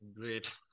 Great